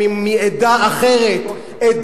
אני